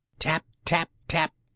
tap, tap, tap.